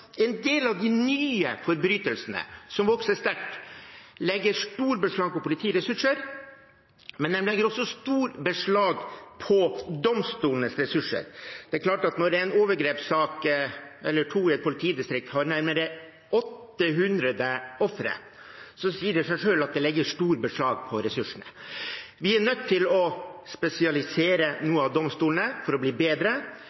en del av de nye forbrytelsene, som vokser sterkt, legger stort beslag på politiressurser, men de legger også stort beslag på domstolenes ressurser. Når en overgrepssak eller to i et politidistrikt har nærmere 800 ofre, sier det seg selv at det legger stort beslag på ressursene. Vi er nødt til å spesialisere